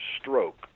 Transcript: stroke